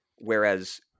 whereas